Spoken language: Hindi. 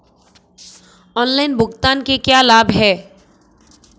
ऑनलाइन भुगतान के क्या लाभ हैं?